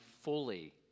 fully